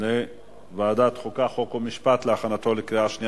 לוועדת החוקה, חוק ומשפט נתקבלה.